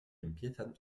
empiezan